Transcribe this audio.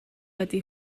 ydy